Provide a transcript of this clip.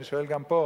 ואני שואל גם פה: